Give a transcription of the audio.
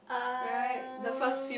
um